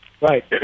Right